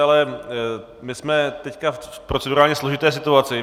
Ale my jsme teď v procedurálně složité situaci.